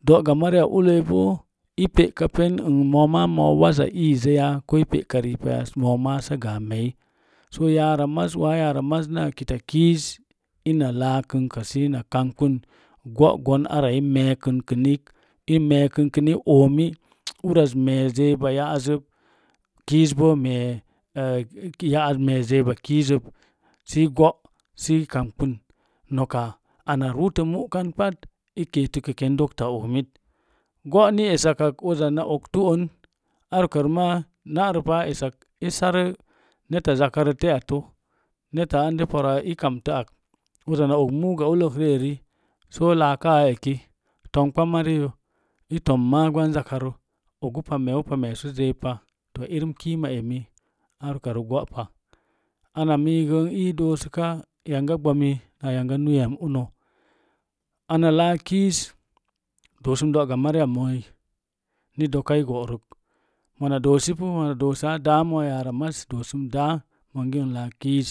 Doga mariya alləi boo i peka pen mo̱o̱ waza iizəya? Koo peka ri sə mooma sə gə a me̱e̱i soo yara maza waa yaara maz naa kitakiiz ina laakən kə sə ina kamkpin go'on ara i meekən kinik, i meekən nik omi uraz me̱e̱ zeuwa ya'azəu kiiz boo me̱e̱ e uki ya'az me̱e̱ zeuwa kiizəu sə i go’ sə i kanakpin no̱ka ana ruutun mu'kan pat i keetit kən ken dokta omit. Go ni esak kak oktu on ar uka rə ma, na rə pa i sarə neta zakarə te'attə neta ande pora i kamtə ak uza na og muuga ullək ri eri soo laaka āā eki tongkpa marii i tomma gwan zakarə oga pa me̱e̱u pa meesu zeeu pa to irim kiima ri’ erim ar uka rə go'pa. Ana miigə n ii do̱o̱ sukan yanga gbami na yanga nuiyam uni ana laak kiiz do̱o̱ sum doga mariya mo̱o̱i ni doka i gorok mona doosi pu mona dosə daa mo̱o̱ yara maz do monyə n laak kiiz.